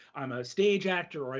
i'm a stage actor, or,